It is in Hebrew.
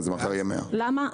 למה?